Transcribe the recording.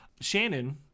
Shannon